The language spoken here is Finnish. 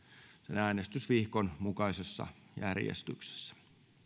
äänestysvihkon mukaisessa järjestyksessä